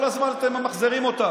כל הזמן אתם ממחזרים אותה.